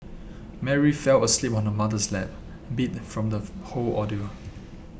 Mary fell asleep on her mother's lap beat from this whole ordeal